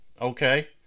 Okay